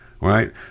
right